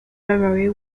memory